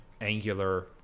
angular